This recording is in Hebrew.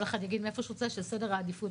אחד יגיד מאיפה שהוא רוצה של סדר העדיפות,